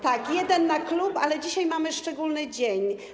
Tak, jeden na klub, ale dzisiaj mamy szczególny dzień.